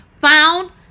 found